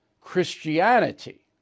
Christianity